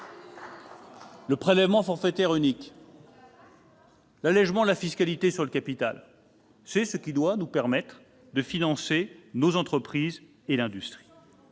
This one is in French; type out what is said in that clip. Le prélèvement forfaitaire unique et l'allégement de la fiscalité sur le capital doivent nous permettre de financer nos entreprises et de